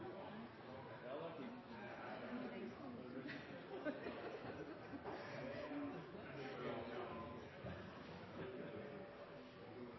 jeg har møtt, og